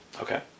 Okay